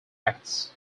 acts